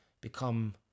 become